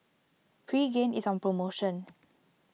Pregain is on promotion